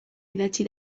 idatzi